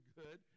good